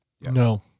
No